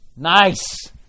Nice